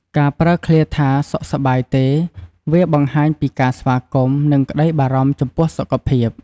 ការប្រើឃ្លាថា សុខសប្បាយទេ? វាបង្ហាញពីការស្វាគមន៍ និងក្តីបារម្ភចំពោះសុខភាព។